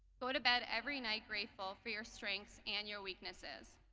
go to bed every night grateful for your strengths and your weaknesses